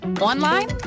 online